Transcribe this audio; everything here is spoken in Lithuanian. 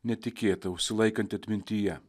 netikėta užsilaikanti atmintyje